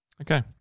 Okay